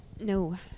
No